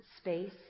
space